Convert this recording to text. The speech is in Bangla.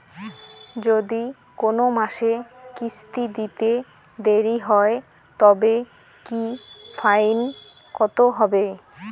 যদি কোন মাসে কিস্তি দিতে দেরি হয় তবে কি ফাইন কতহবে?